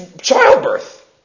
childbirth